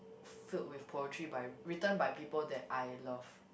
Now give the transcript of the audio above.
filled with poetry by written by people that I love